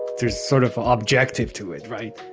there's sort of objective to it. right.